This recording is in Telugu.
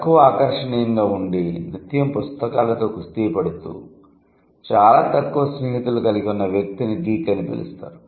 తక్కువ ఆకర్షణీయంగా ఉండి నిత్యం పుస్తకాలతో కుస్తీ పడుతూ చాలా తక్కువ స్నేహితులు కలిగి ఉన్న వ్యక్తిని గీక్ అని పిలుస్తారు